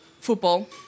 football